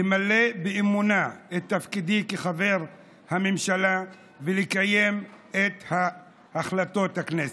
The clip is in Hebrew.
למלא באמונה את תפקידי כחבר הממשלה ולקיים את החלטות הכנסת.